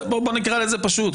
בואו נקרא לזה פשוט,